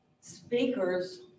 speakers